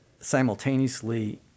simultaneously